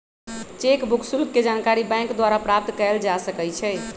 cheque book शुल्क के जानकारी बैंक द्वारा प्राप्त कयल जा सकइ छइ